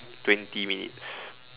twenty minutes